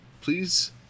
Please